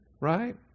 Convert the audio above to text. right